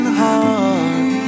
heart